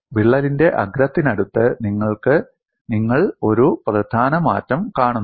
വിള്ളലിന്റെ അഗ്രത്തിനടുത്ത് നിങ്ങൾ ഒരു പ്രധാന മാറ്റം കാണുന്നു